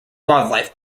wildlife